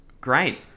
Great